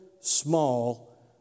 small